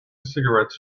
cigarettes